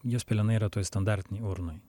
jos pelenai yra toj standartinėj urnoj